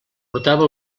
portava